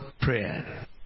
Prayer